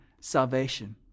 salvation